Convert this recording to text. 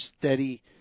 steady